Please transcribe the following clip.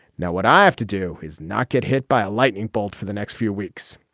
now, what i have to do is not get hit by a lightning bolt for the next few weeks.